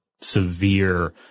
severe